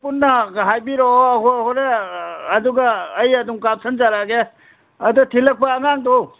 ꯄꯨꯟꯅꯒ ꯍꯥꯏꯕꯤꯔꯛꯑꯣ ꯍꯣꯔꯦꯟ ꯑꯗꯨꯒ ꯑꯩ ꯑꯗꯨꯝ ꯀꯥꯞꯁꯟꯖꯔꯛꯑꯒꯦ ꯑꯗ ꯊꯤꯜꯂꯛꯄ ꯑꯉꯥꯡꯗꯣ